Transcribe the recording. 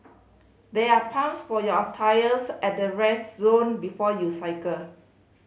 there are pumps for your tyres at the rest zone before you cycle